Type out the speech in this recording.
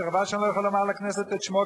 שחבל שאני לא יכול לומר לכנסת את שמו,